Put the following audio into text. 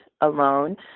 alone